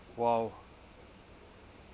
!wow!